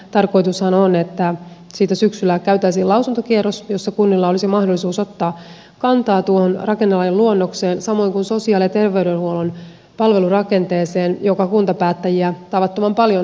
tarkoitushan on että siitä syksyllä käytäisiin lausuntokierros jossa kunnilla olisi mahdollisuus ottaa kantaa tuohon rakennelain luonnokseen samoin kuin sosiaali ja terveydenhuollon palvelurakenteeseen joka kuntapäättäjiä tavattoman paljon askarruttaa